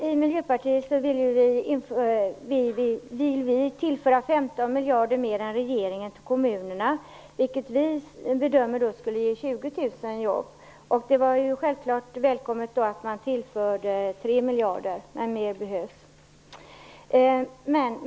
Vi i Miljöpartiet vill tillföra 15 miljarder mer än regeringen till kommunerna, vilket vi bedömer skulle ge 20 000 jobb. Det var självklart välkommet att man tillförde 3 miljarder, men mer behövs.